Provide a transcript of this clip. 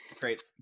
Great